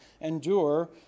endure